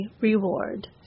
reward